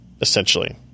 essentially